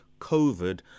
COVID